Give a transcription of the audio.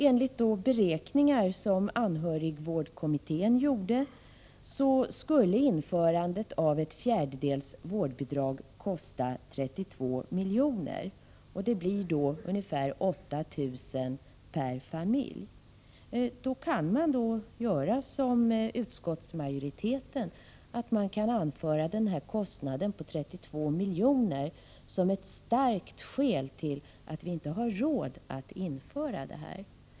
Enligt beräkningar som anhörigvårdskommittén gjort skulle införandet av ett fjärdedels vårdbidrag kosta 32 milj.kr. Det blir ungefär 8 000 kr. per familj. Man kan då göra som utskottsmajoriteten och anföra att den här kostnaden på 32 miljoner är ett starkt argument för att vi inte skulle ha råd att införa ett sådant bidrag.